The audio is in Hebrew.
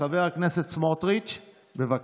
חבר הכנסת סמוטריץ', בבקשה.